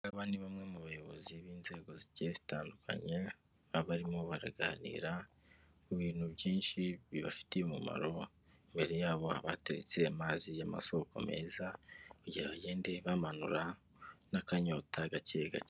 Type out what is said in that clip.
Aba ni bamwe mu bayobozi b'inzego zigiye zitandukanye baba barimo baraganira ku bintu byinshi bibafitiye umumaro imbere yabo haba hateretse amazi y'amasoko meza kugira ngo bagende bamanura n'akanyota gake gake.